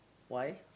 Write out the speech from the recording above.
why